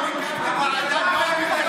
אנחנו נמשיך במאבק הזה.